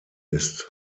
ist